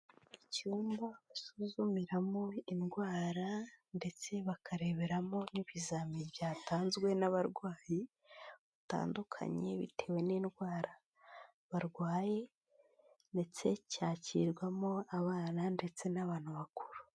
Icyumba basuzumiramo indwara ndetse bakareberamo n'ibizamini byatanzwe n'abarwayi batandukanye bitewe n'indwara barwaye ndetse cyakirwamo abana ndetse n'abantu bakuru.